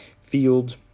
field